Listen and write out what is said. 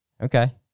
okay